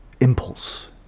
impulse